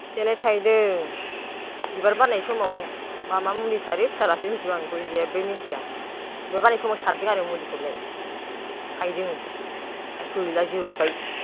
खेथियालाय थाहैदों बिबार बारनाय समाव मा मा मुलि सारो फिसालासो सारो आं बेखौ जेबबो मिनथिया बिबार बारनाय समाव सारदों आरो मुलिखौलाय थायदों दा गैला जोबबाय